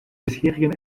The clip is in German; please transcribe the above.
bisherigen